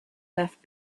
left